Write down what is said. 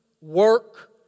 work